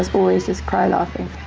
always just cry laughing.